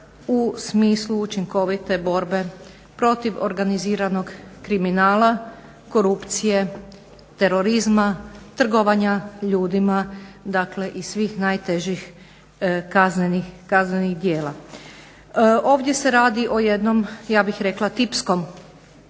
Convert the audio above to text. u smislu učinkovite borbe protiv organiziranog kriminala, korupcije, terorizma, trgovanja ljudima dakle i svih najtežih kaznenih, djela. Ovdje se radi o jednom, ja bih rekla, tipskom